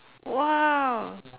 !wow!